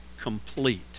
complete